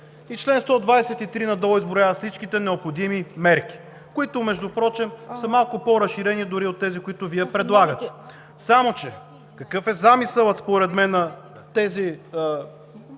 и чл. 123 надолу изброява всичките необходими мерки, които между другото са малко по-разширени дори от тези, които Вие предлагате. Какъв е замисълът според мен на това